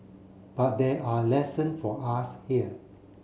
but there are lesson for us here